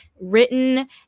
written